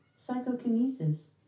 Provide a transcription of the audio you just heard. Psychokinesis